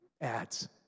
ads